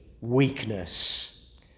weakness